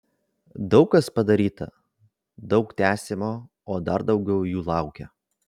daug kas padaryta daug tęsiama o dar daugiau jų laukia